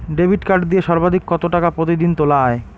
Debit card দিয়ে সর্বাধিক কত টাকা প্রতিদিন তোলা য়ায়?